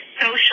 social